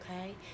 Okay